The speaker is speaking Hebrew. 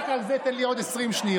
רק על זה תן לי עוד 20 שניות,